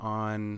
on